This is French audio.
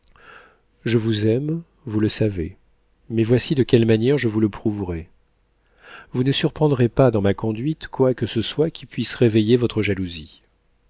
je vous aime vous le savez mais voici de quelle manière je vous le prouverai vous ne surprendrez pas dans ma conduite quoi que ce soit qui puisse réveiller votre jalousie